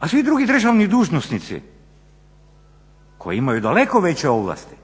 a svi drugi državni dužnosnici koji imaju daleko veće ovlasti,